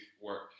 work